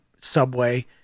subway